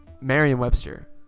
Merriam-Webster